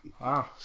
Wow